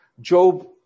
Job